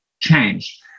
change